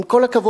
עם כל הכבוד,